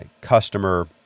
customer